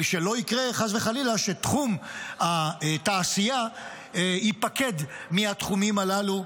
שלא יקרה חס וחלילה שתחום התעשייה ייפקד מהתחומים הללו.